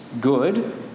good